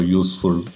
useful